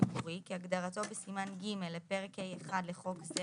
ציבורי כהגדרתו בסימן ג' לפרק ה׳1 לחוק זה